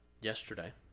yesterday